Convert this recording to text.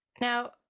Now